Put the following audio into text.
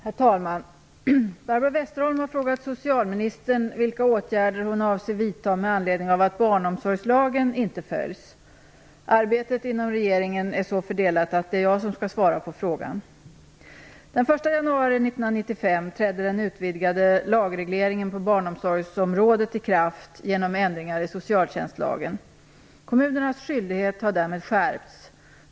Herr talman! Barbro Westerholm har frågat socialministern vilka åtgärder hon avser vidta med anledning av att barnomsorgslagen inte följs. Arbetet inom regeringen är så fördelat att det är jag som skall svara på frågan. Den 1 januari 1995 trädde den utvidgade lagregleringen på barnomsorgsområdet i kraft genom ändringar i socialtjänstlagen. Kommunernas skyldighet har därmed skärpts.